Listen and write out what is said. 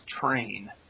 train